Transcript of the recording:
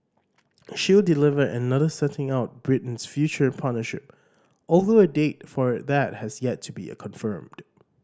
she will deliver another setting out Britain's future partnership although a date for that has yet to be confirmed